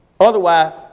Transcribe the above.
Otherwise